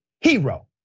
hero